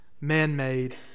man-made